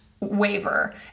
Waiver